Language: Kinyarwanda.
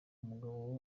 umugabo